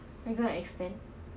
next tuesday 是几号